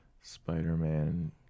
Spider-Man